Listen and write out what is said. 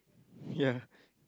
ya